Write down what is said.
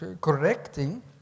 correcting